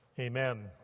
amen